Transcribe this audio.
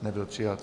Nebyl přijat.